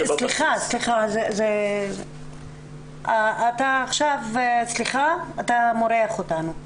סליחה, אתה עכשיו מורח אותנו.